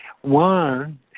One